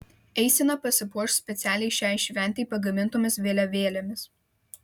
eisena pasipuoš specialiai šiai šventei pagamintomis vėliavėlėmis